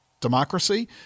democracy